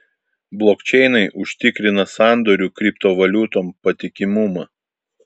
blokčeinai užtikrina sandorių kriptovaliutom patikimumą